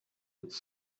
its